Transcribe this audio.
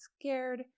scared